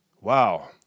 wow